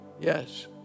yes